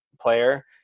player